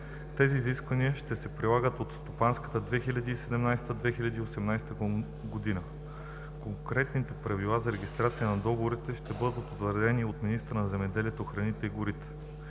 Тези изисквания ще се прилагат от стопанската 2017 – 2018 г. Конкретните правила за регистрация на договорите ще бъдат утвърдени от министъра на земеделието, храните и горите.